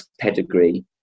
pedigree